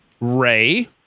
Ray